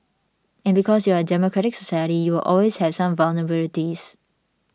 and because you're a democratic society you will always have some vulnerabilities